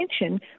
attention